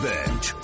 Bench